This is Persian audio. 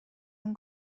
اون